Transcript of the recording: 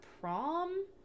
prom